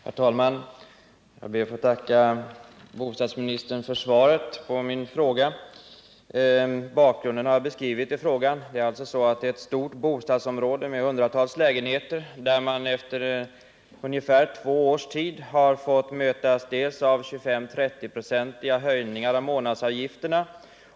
Herr talman! Jag ber att få tacka bostadsministern för svaret på min fråga. Bakgrunden till frågan är att bostadsrättsinnehavare i ett stort bostadsområde med ungefär 400 lägenheter under ungefär två års tid har fått vidkännas 25-30-procentiga höjningar av månadsavgifterna.